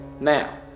Now